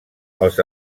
els